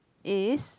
is